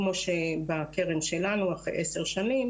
כמו שבקרן שלנו אחרי 10 שנים